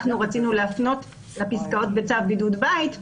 רצינו להפנות לפסקאות בצו בידוד בית,